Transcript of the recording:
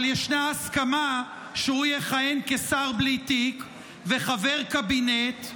אבל ישנה הסכמה שהוא יכהן כשר בלי תיק וחבר קבינט,